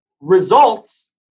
Results